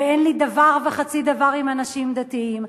ואין לי דבר וחצי דבר עם אנשים דתיים.